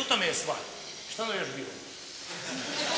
u tome je stvar. Šta je ono još bilo?